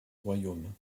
royaume